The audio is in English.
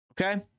Okay